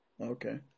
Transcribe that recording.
okay